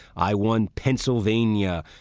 i won pennsylvania.